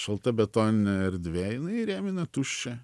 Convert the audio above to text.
šalta betoninė erdvė jinai įrėmina tuščią